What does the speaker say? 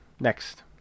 next